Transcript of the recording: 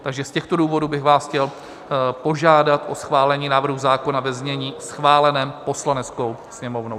Z těchto důvodů bych vás chtěl požádat o schválení návrhu zákona ve znění schváleném Poslaneckou sněmovnou.